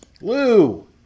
Lou